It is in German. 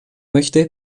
möchte